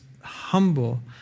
humble